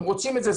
הם רוצים את זה,